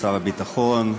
שר הביטחון,